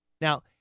Now